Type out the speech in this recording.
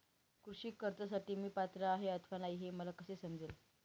कृषी कर्जासाठी मी पात्र आहे अथवा नाही, हे मला कसे समजेल?